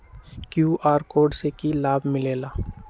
QR code से कि कि लाव मिलेला?